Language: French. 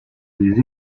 des